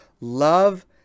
love